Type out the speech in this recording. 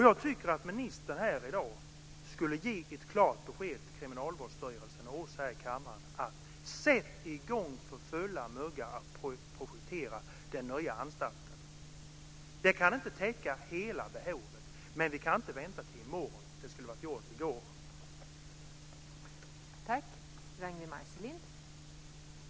Jag tycker att ministern här i dag skulle ge ett klart besked till Kriminalvårdsstyrelsen och oss här i kammaren: Sätt i gång för fulla muggar att projektera den nya anstalten! Den kan inte täcka hela behovet, men vi kan inte vänta tills i morgon. Det skulle egentligen ha varit gjort i går.